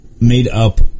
made-up